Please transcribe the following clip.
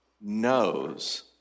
knows